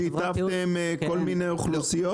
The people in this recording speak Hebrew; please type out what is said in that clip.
שיתפתם כל מיני אוכלוסיות?